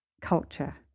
culture